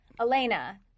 Elena